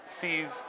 sees